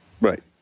Right